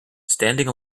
standing